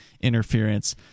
interference